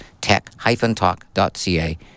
tech-talk.ca